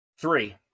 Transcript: Three